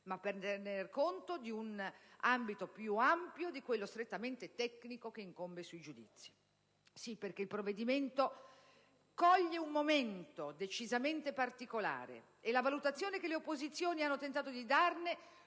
ma per tener conto di un ambito più ampio di quello strettamente tecnico che incombe sui giudizi. Infatti, il provvedimento interviene in un momento decisamente particolare e la valutazione che le opposizioni hanno tentato di darne